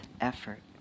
effort